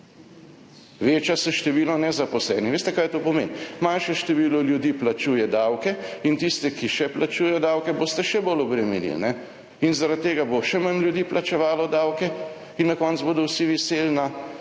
Veča se število nezaposlenih. Veste, kaj to pomeni? Manjše število ljudi plačuje davke, in tiste, ki še plačujejo davke, boste še bolj obremenili, kajne. Zaradi tega bo še manj ljudi plačevalo davke in na koncu bodo vsi viseli na